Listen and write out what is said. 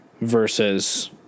versus